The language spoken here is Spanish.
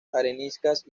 areniscas